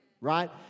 right